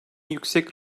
yüksek